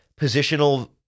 positional